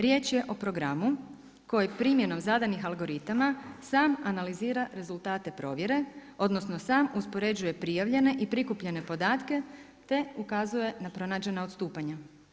Riječ je o programu koji primjenom zadanih algoritama sam analizira rezultate provjere, odnosno sam uspoređuje prijavljene i prikupljene podatke te ukazuje na pronađena odstupanja.